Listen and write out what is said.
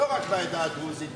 לא רק בעדה הדרוזית,